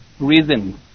reasons